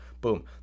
Boom